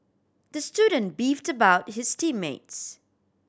the student beefed about his team mates